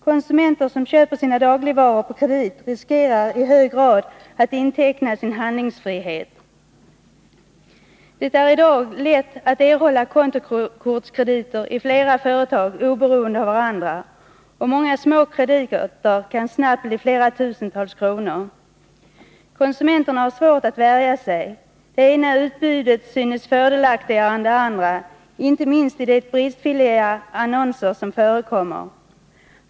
Konsumenter som köper sina dagligvaror på kredit riskerar i hög grad att inteckna sin handlingsfrihet. Det är i dag lätt att erhålla kontokortskrediter i flera företag oberoende av varandra, och många små krediter kan snabbt bli flera tusental kronor. Konsumenterna har svårt att värja sig. Det ena utbudet synes fördelaktigare än det andra, inte minst i de bristfälliga annonser som förekommer.